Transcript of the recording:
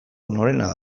norena